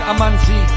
Amanzi